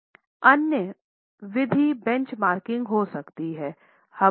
अन्य विधि बेंचमार्किंग हो सकती है